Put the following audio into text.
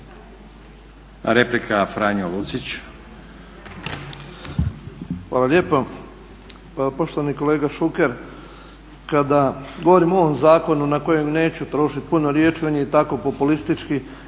**Lucić, Franjo (HDZ)** Hvala lijepo. Poštovani kolega Šuker, kada govorim o ovom zakonu na kojem neću trošiti puno riječi, on je i tako populistički